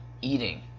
eating